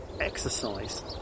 exercise